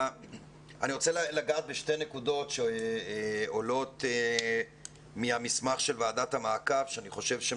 אני רוצה לגעת בשתי נקודות שעולות מהמסמך של ועדת המעקב שאני חושב שהן